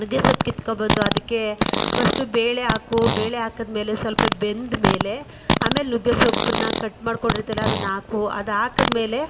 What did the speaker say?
ನುಗ್ಗೆಸೊಪ್ಪು ಕಿತ್ಕೊಂಡ್ಬಂದು ಅದಕ್ಕೆ ಫಸ್ಟು ಬೇಳೆ ಹಾಕು ಬೇಳೆ ಹಾಕಿದ್ಮೇಲೆ ಸ್ವಲ್ಪ ಬೆಂದ ಮೇಲೆ ಆಮೇಲೆ ನುಗ್ಗೆಸೊಪ್ಪನ್ನ ಕಟ್ ಮಾಡ್ಕೊಂಡಿರ್ತೀಯಲ್ಲ ಅದನ್ನು ಹಾಕು ಅದು ಹಾಕಿದ್ಮೇಲೆ